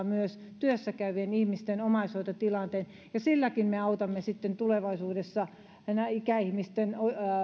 myös työssä käyvien ihmisten omaishoitotilanteen silläkin me autamme sitten tulevaisuudessa ikäihmisten